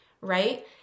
Right